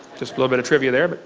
little bit of trivia there. but